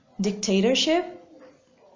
dictatorship